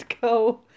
go